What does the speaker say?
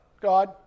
God